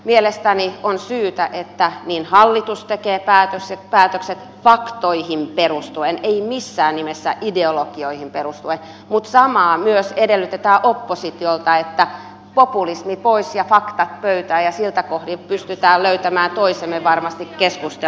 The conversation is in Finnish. mielestäni on syytä että hallitus tekee päätökset faktoihin perustuen ei missään nimessä ideologioihin perustuen mutta samaa myös edellytetään oppositiolta niin että populismi pois ja faktat pöytään ja siltä kohdin pystymme löytämään toisemme varmasti keskustelussa